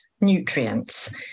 nutrients